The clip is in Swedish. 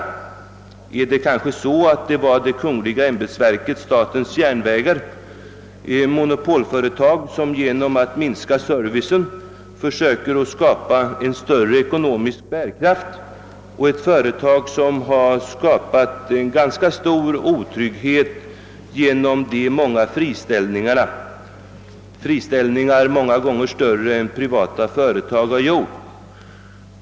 Var det kanske det kungliga ämbetsverket statens järnvägar — ett monopolföretag som genom att minska servicen försöker skapa större ekonomisk bärkraft och som skapat ganska stor otrygghet genom friställningar, många gånger större än privata företags?